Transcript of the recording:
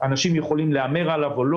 שאנשים יכולים להמר עליו או לא.